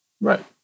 right